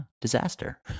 disaster